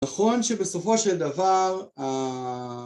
נכון שבסופו של דבר ה...